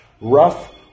rough